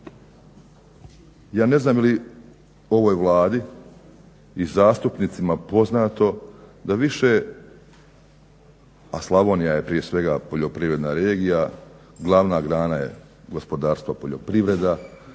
Ja ne znam je li ovoj Vladi i zastupnicima poznato da više a Slavonija je prije svega poljoprivredna regija, glavna grana gospodarstva je poljoprivreda,